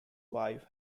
wife